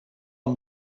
amb